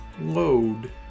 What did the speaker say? load